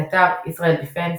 באתר "IsraelDefense",